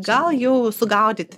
gal jau sugaudyti